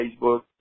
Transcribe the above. Facebook